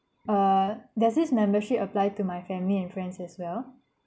uh does this membership apply to my family and friends as well